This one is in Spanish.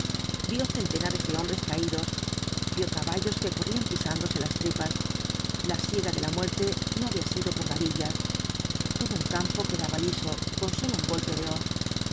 vio centenares de hombres caídos vio caballos que corrían pisándose las tripas la siega de la muerte no había sido por gavillas todo un campo quedaba liso con solo un golpe de hoz